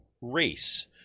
race